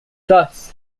thus